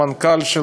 מנכ"ל של